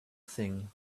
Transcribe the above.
thing